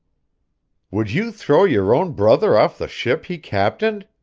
would you throw your own brother off the ship he captained.